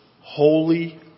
holy